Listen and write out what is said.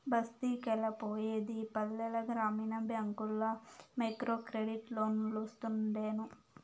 బస్తికెలా పోయేది పల్లెల గ్రామీణ బ్యాంకుల్ల మైక్రోక్రెడిట్ లోన్లోస్తుంటేను